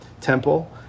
Temple